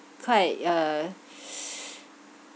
quite uh